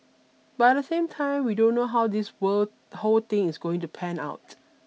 but at the same time we don't know how this word whole thing is going to pan out